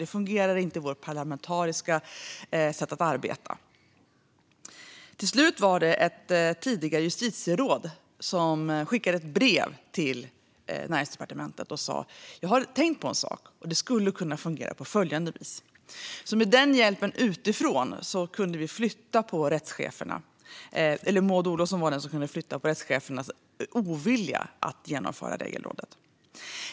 Det fungerar inte i vårt parlamentariska sätt att arbeta. Till slut var det ett tidigare justitieråd som skickade ett brev till Näringsdepartementet och skrev att han hade tänkt på frågan och hur det skulle kunna fungera. Med den hjälpen utifrån kunde Maud Olofsson hantera rättschefernas ovilja att införa Regelrådet.